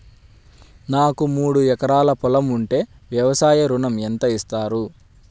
నాకు మూడు ఎకరాలు పొలం ఉంటే వ్యవసాయ ఋణం ఎంత ఇస్తారు?